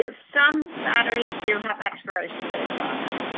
ah some batteries do have expiration dates on them,